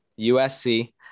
USC